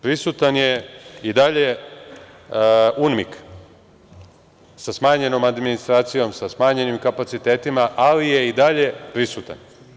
Prisutan je i dalje UNMIK, sa smanjenom administracijom, sa smanjenim kapacitetima, ali je i dalje prisutan.